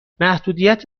محدودیت